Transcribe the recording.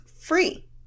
free